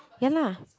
ya lah